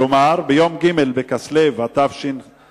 כלומר ביום ג' בכסלו התשס"ח,